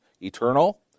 eternal